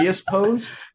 pose